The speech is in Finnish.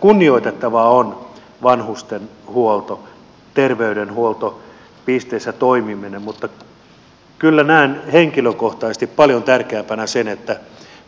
kunnioitettavaa on vanhustenhuolto terveydenhuoltopisteissä toimiminen mutta kyllä näen henkilökohtaisesti paljon tärkeämpänä sen että